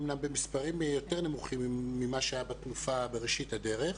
אמנם במספרים יותר נמוכים ממה שהיה בתנופה בראשית הדרך.